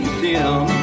dim